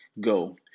Go